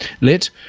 lit